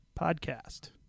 podcast